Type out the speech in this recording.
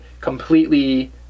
completely